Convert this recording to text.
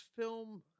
film